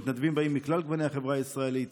המתנדבים באים מכלל גוני החברה הישראלי,